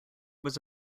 was